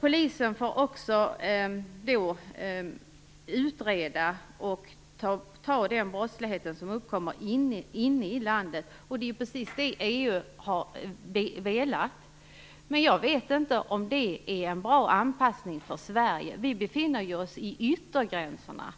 Polisen får också utreda och ta hand om den brottslighet som uppkommer inne i landet. Det är precis detta som man inom EU har velat. Men jag vet inte om det är en bra anpassning för Sverige. Vi befinner oss ju i yttergränserna.